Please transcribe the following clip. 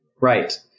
Right